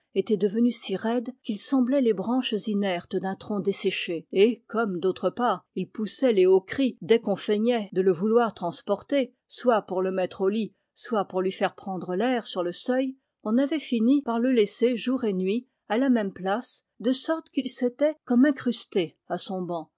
devenus si raides qu'ils semblaient les branches inertes d'un tronc desséché et comme d'autre part il poussait les hauts cris dès qu'on feignait de le vouloir transporter soit pour le mettre au lit soit pour lui faire prendre l'air sur le seuil on avait fini par le laisser jour et nuit à la même place de sorte qu'il s'était comme incrusté à son banc